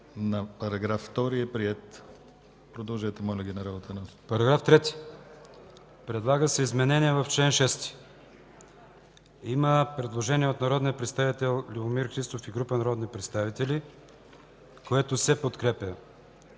Параграф 3. Предлага се изменение в чл. 6. Има предложение от народния представител Любомир Христов и група народни представители, което се подкрепя